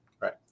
Right